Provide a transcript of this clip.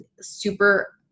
super